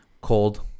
cold